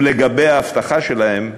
ולגבי האבטחה שלהם,